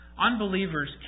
Unbelievers